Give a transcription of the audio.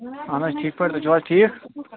اَہن حظ ٹھیٖک پأٹھۍ تُہۍ چھُو حظ ٹھیٖک